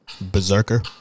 Berserker